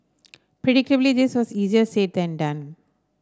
predictably this was easier said than done